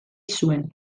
zuen